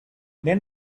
then